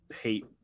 hate